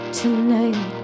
Tonight